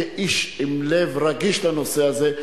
כאיש עם לב רגיש לנושא הזה,